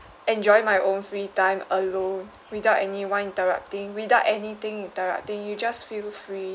enjoy my own free time alone without anyone interrupting without anything interrupting you just feel free